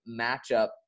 matchup